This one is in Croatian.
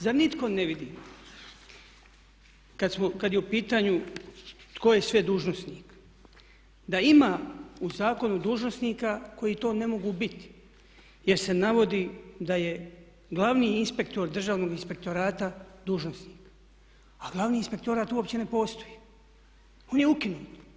Zar nitko ne vidi kad je u pitanju tko je sve dužnosnik, da ima u zakonu dužnosnika koji to ne mogu biti jer se navodi da je glavni inspektor državnog inspektorata dužnosnik, a glavni inspektorat uopće ne postoji, on je ukinut.